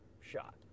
shot